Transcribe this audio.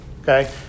Okay